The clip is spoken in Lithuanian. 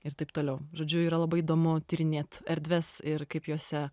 ir taip toliau žodžiu yra labai įdomu tyrinėt erdves ir kaip jose